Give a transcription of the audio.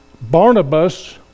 Barnabas